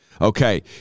okay